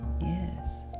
yes